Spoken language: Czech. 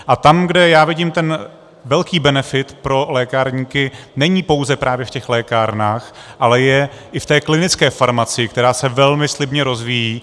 A tam, kde já vidím velký benefit pro lékárníky, není pouze právě v těch lékárnách, ale je i v té klinické farmacii, která se velmi slibně rozvíjí.